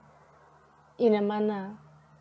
in a month ah